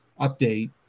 update